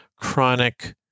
chronic